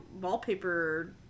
wallpaper